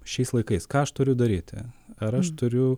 šiais laikais ką aš turiu daryti ar aš turiu